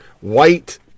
white